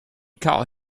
caught